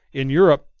in europe,